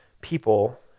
people